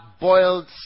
boiled